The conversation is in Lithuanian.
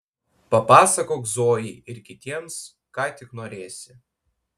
papasakok zojai ir kitiems ką tik norėsi